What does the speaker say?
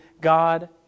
God